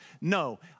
No